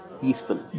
peaceful